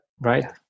right